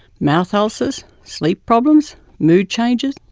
mouth ah ulcers, sleep problems, mood changes.